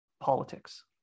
politics